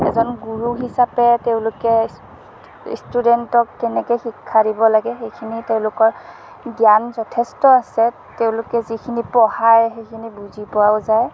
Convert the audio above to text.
এজন গুৰু হিচাপে তেওঁলোকে ষ্টুডেণ্টক কেনেকৈ শিক্ষা দিব লাগে সেইখিনি তেওঁলোকৰ জ্ঞান যথেষ্ট আছে তেওঁলোকে যিখিনি পঢ়াই সেইখিনি বুজি পোৱাও যায়